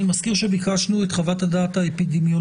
ני מזכיר שביקשנו את חוות הדעת האפידמיולוגית